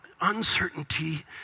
uncertainty